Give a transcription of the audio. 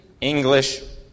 English